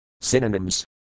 Synonyms